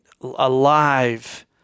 alive